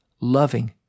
loving